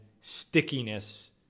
stickiness